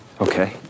Okay